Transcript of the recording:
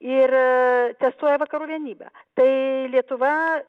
ir testuoja vakarų vienybę tai lietuva